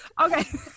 Okay